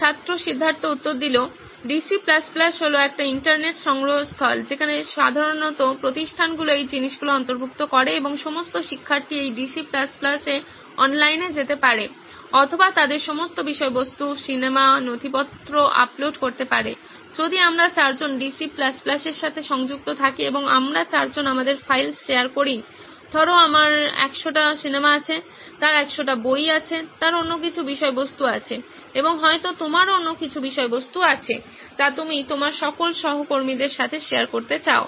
ছাত্র Siddhartha DC DC হল একটি ইন্টারনেট সংগ্রহস্থল যেখানে সাধারণত প্রতিষ্ঠানগুলি এই জিনিসগুলো অন্তর্ভুক্ত করে এবং সমস্ত শিক্ষার্থী এই ডিসি DC এ অনলাইনে যেতে পারে অথবা তাদের সমস্ত বিষয়বস্তু সিনেমা নথিপত্র আপলোড করতে পারে যদি আমরা চারজন ডিসি DC এর সাথে সংযুক্ত থাকি এবং আমরা চারজন আমাদের ফাইল শেয়ার করি ধরো আমার শত সিনেমা আছে তার শত বই আছে তার অন্য কিছু বিষয়বস্তু আছে এবং হয়তো তোমারো অন্য কিছু বিষয়বস্তু আছে যা তুমি তোমার সকল সহকর্মীদের সাথে শেয়ার করতে চাও